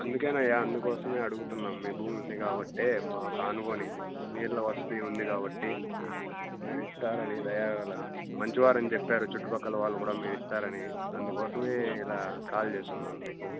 అందుకేనాయ అందుకోసమే అడుగుతున్నాము మీ భూమి ఉంది కాబట్టి మాకు ఆనుకొని నీళ్ల వసతి ఉంది కాబట్టి మీరు ఇస్తారని దయగల మంచివారని చెప్పారు చుట్టుపక్కల వాళ్ళు కూడా మీరు ఇస్తారని అందుకోసమే ఇలా కాల్ చేస్తున్నాం మీకు